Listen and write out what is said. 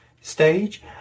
stage